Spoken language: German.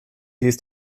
ist